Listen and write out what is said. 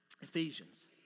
Ephesians